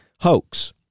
hoax